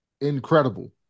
incredible